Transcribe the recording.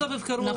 בסוף יבחרו ארבעה.